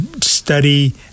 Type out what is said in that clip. study